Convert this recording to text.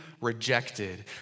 Rejected